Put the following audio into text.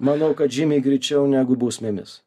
manau kad žymiai greičiau negu bausmėmis